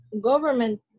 government